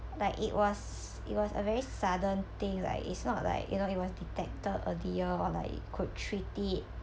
but it was it was a very sudden thing like it's not like you know it was detected earlier or you like could treat it